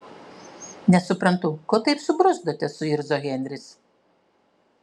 nesuprantu ko taip subruzdote suirzo henris